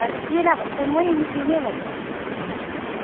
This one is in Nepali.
दिइनँ भने चाहिँ मै निक्लिने भनेर भन्छु नि सर